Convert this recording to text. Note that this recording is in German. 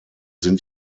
sind